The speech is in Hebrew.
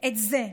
את זה.